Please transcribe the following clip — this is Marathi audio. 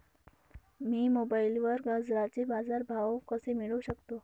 मी मोबाईलवर गाजराचे बाजार भाव कसे मिळवू शकतो?